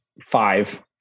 Five